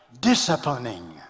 disciplining